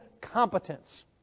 competence